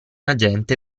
agente